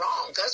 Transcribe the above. wrong